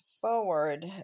forward